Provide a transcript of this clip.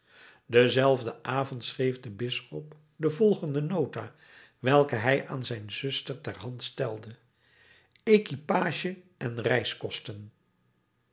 denzelfden avond schreef de bisschop de volgende nota welke hij aan zijn zuster ter hand stelde equipage en reiskosten